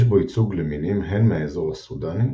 יש בו ייצוג למינים הן מהאזור הסודאני,